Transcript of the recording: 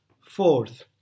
Fourth